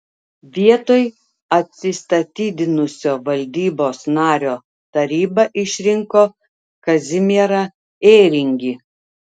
vietoj atsistatydinusio valdybos nario taryba išrinko kazimierą ėringį